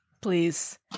please